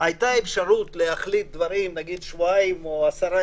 הייתה אפשרות להחליט דברים שבועיים או עשרה